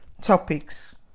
topics